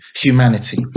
humanity